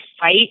fight